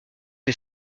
des